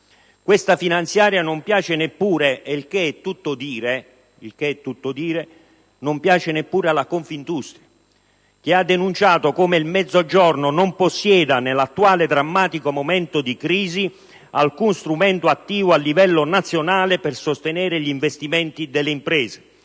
Questa finanziaria non piace neppure - e il che è tutto dire - alla Confindustria che ha denunciato come il Mezzogiorno non possieda, nell'attuale drammatico momento di crisi, alcuno strumento attivo a livello nazionale per sostenere gli investimenti delle imprese.